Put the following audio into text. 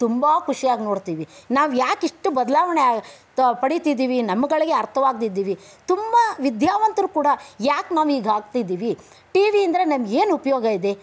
ತುಂಬ ಖುಷಿಯಾಗಿ ನೋಡ್ತೀವಿ ನಾವ್ಯಾಕೆ ಇಷ್ಟು ಬದಲಾವಣೆ ತೋ ಪಡಿತಿದ್ದೀವಿ ನಮ್ಗಳಿಗೆ ಅರ್ಥವಾಗದಿದ್ದೀವಿ ತುಂಬ ವಿದ್ಯಾವಂತರು ಕೂಡ ಯಾಕೆ ನಾವು ಹೀಗೆ ಆಗ್ತಿದ್ದೀವಿ ಟಿ ವಿ ನಮ್ಗೇನು ಉಪಯೋಗ ಇದೆ